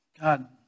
God